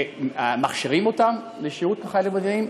שמכשירים אותם לשירות כחיילים בודדים,